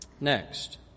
Next